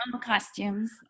costumes